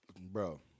bro